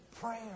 Prayer